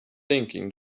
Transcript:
thinking